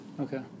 Okay